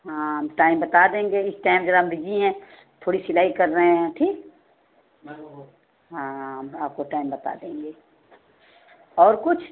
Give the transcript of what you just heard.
हाँ हम टाइम बता देंगे इस टाइम हम ज़रा बिज़ी हैं थोड़ी सिलाई कर रहे हैं ठीक हाँ आपको टाइम बता देंगे और कुछ